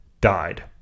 died